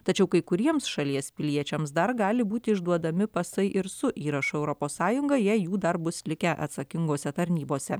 tačiau kai kuriems šalies piliečiams dar gali būti išduodami pasai ir su įrašu europos sąjunga jei jų dar bus likę atsakingose tarnybose